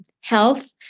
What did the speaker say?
health